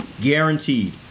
Guaranteed